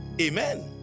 Amen